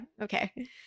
Okay